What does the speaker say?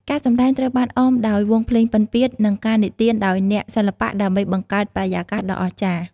ការសម្ដែងត្រូវបានអមដោយវង់ភ្លេងពិណពាទ្យ និងការនិទានដោយអ្នកសិល្បៈដើម្បីបង្កើតបរិយាកាសដ៏អស្ចារ្យ។